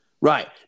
Right